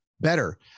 better